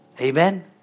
amen